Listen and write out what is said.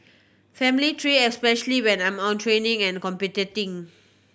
family tree especially when I'm on training and competing